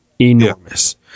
enormous